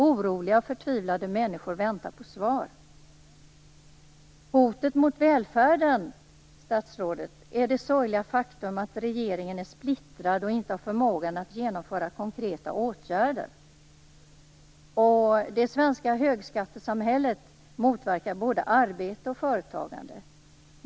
Oroliga och förtvivlade människor väntar på svar. Hotet mot välfärden, statsrådet, är det sorgliga faktum att regeringen är splittrad och inte har förmågan att genomföra konkreta åtgärder. Det svenska högskattesamhället motverkar både arbetet och företagande.